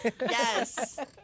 yes